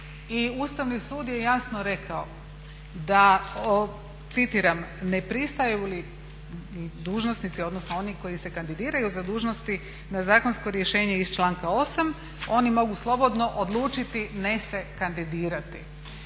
Ustavni sud je jasno rekao da "Ne pristaju li dužnosnici, odnosno oni koji se kandidiraju za dužnosti na zakonsko rješenje iz članka 8.oni mogu slobodno odlučiti ne se kandidirati."